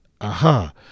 aha